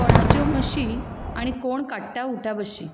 कोणाच्यो म्हशी आनी कोण काडटा उठाबशी